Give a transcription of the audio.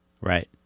Right